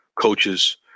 coaches